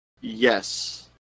Yes